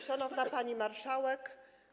Szanowna Pani Marszałek!